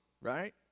right